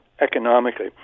economically